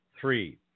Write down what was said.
three